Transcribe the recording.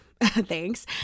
Thanks